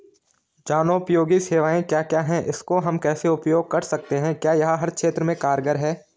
जनोपयोगी सेवाएं क्या क्या हैं इसको हम कैसे उपयोग कर सकते हैं क्या यह हर क्षेत्र में कारगर है?